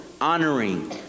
honoring